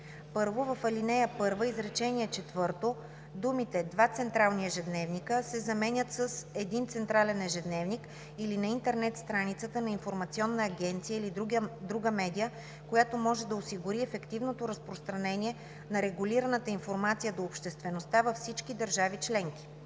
1. В ал. 1, изречение четвърто думите „два централни ежедневника” се заменят с „един централен ежедневник или на интернет страницата на информационна агенция или друга медия, която може да осигури ефективното разпространение на регулираната информация до обществеността във всички държави членки”.